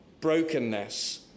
brokenness